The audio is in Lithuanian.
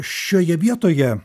šioje vietoje